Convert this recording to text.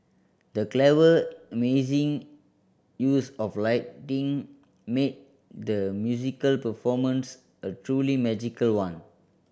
the clever amazing use of lighting made the musical performance a truly magical one